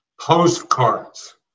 Postcards